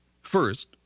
First